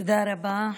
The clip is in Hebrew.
תודה רבה.